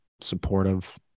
supportive